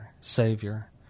Savior